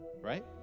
Right